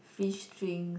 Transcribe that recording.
fish string